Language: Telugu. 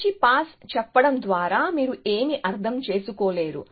మంచి పాస్ చెప్పడం ద్వారా మీరు ఏమి అర్థం చేసుకోలేరు